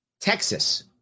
Texas